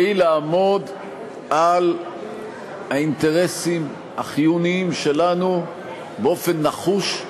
והיא: לעמוד על האינטרסים החיוניים שלנו באופן נחוש,